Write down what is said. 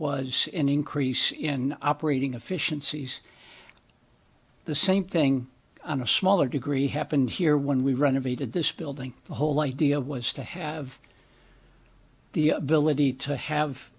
was an increase in operating efficiencies the same thing on a smaller degree happened here when we run invaded this building the whole idea was to have the ability to have